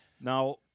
Now